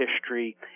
history